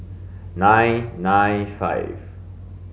nine nine five